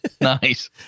nice